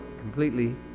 completely